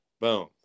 Boom